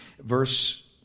Verse